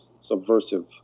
subversive